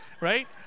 right